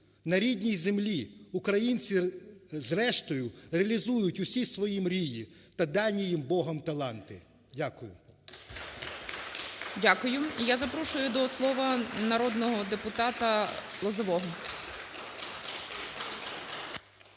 На рідній землі українці зрештою реалізують усі свої мрії та дані їм Богом таланти. Дякую. ГОЛОВУЮЧИЙ. Дякую. І я запрошую до слова народного депутата Лозового.